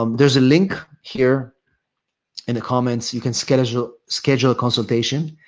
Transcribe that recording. um there's a link here in the comments. you can schedule schedule a consultation,